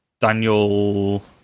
Daniel